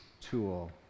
tool